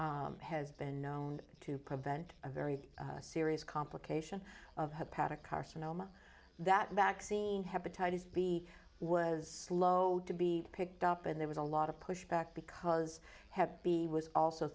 them has been known to prevent a very serious complication of hepatic carcinoma that vaccine hepatitis b was slow to be picked up and there was a lot of pushback because had the was also